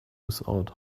without